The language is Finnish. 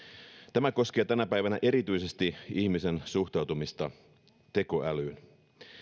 tämä koskee tänä päivänä erityisesti ihmisen suhtautumista tekoälyyn